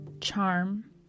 charm